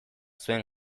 zuen